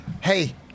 hey